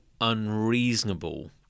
unreasonable